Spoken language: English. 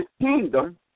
kingdom